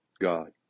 God